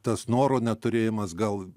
tas noro neturėjimas gal